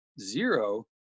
zero